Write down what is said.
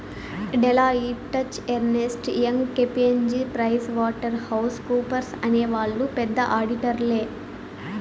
Deloitte, Touche Ernst, Young KPMG Price Water House కూపర్స్అనే వాళ్ళు పెద్ద ఆడిటర్లే